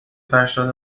فرشاد